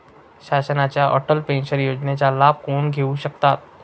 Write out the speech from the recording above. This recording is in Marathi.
शासनाच्या अटल पेन्शन योजनेचा लाभ कोण घेऊ शकतात?